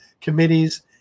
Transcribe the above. committees